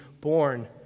born